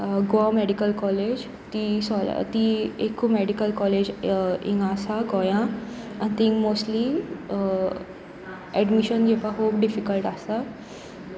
Goa medical college ती सो ती एकू मॅडिकल कॉलेज हांगा आसा गोंयां आनी थंय मोस्टली एडमिशन घेवपाक खूब डिफिकल्ट आसा